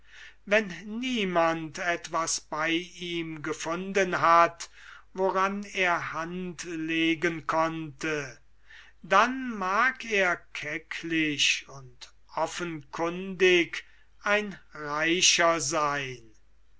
wenn niemand etwas bei ihm gefunden hat woran er hand legen konnte dann mag er kecklich und offenkundig ein reicher sein